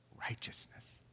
Righteousness